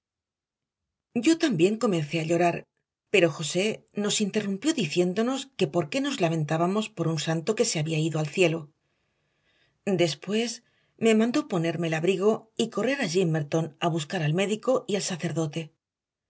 yo también comencé a llorar pero josé nos interrumpió diciéndonos que por qué nos lamentábamos por un santo que se había ido al cielo después me mandó ponerme el abrigo y correr a gimmerton a buscar al médico y al sacerdote